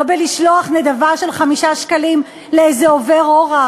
לא לשלוח נדבה של 5 שקלים לאיזה עובר אורח.